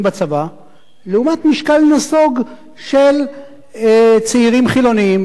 בצבא לעומת משקל נסוג של צעירים חילונים,